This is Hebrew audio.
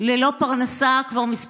ללא פרנסה כבר כמה חודשים.